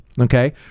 okay